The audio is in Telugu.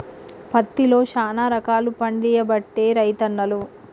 పత్తిలో శానా రకాలు పండియబట్టే రైతన్నలు